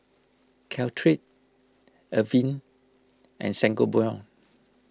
Caltrate Avene and Sangobion